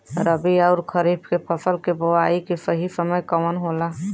रबी अउर खरीफ के फसल के बोआई के सही समय कवन होला?